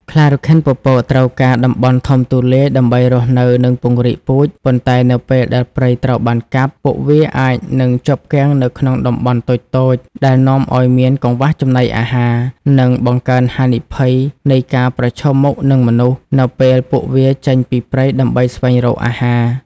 ខ្លារខិនពពកត្រូវការតំបន់ធំទូលាយ ដើម្បីរស់នៅ និងពង្រីកពូជ ប៉ុន្តែនៅពេលដែលព្រៃត្រូវបានកាប់ ពួកវាអាចនឹង ជាប់គាំងនៅក្នុងតំបន់តូចៗ ដែលនាំឲ្យមានកង្វះចំណីអាហារ និងបង្កើនហានិភ័យនៃការ ប្រឈមមុខនឹងមនុស្ស នៅពេលពួកវាចេញពីព្រៃដើម្បីស្វែងរកអាហារ។